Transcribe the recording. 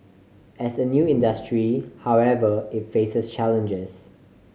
as a new industry however it faces challenges